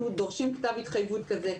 אנחנו דורשים כתב התחייבות כזה.